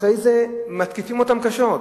אחרי זה מתקיפים אותם קשות.